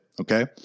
okay